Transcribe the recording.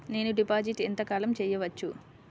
నేను డిపాజిట్ ఎంత కాలం చెయ్యవచ్చు?